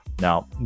Now